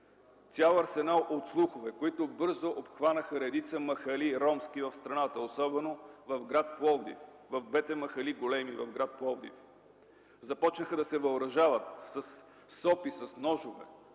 цял арсенал от слухове, които бързо обхванаха редица ромски махали в страната, особено в гр. Пловдив, в двете големи махали. Започнаха да се въоръжават със сопи, с ножове,